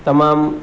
તમામ